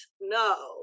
No